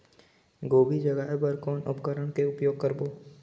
गोभी जगाय बर कौन उपकरण के उपयोग करबो?